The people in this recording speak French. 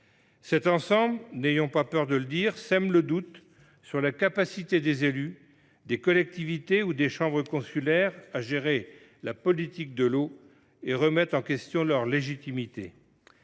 Cet ensemble, n’ayons pas peur de le dire, sème le doute sur la capacité des élus, des collectivités ou des chambres consulaires à gérer la politique de l’eau et remet en question leur légitimité.